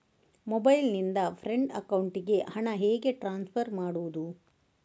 Mobile ನಿಂದ friend ಅಕೌಂಟಿಗೆ ಹಣ ಹೇಗೆ ಟ್ರಾನ್ಸ್ಫರ್ ಮಾಡುವುದು?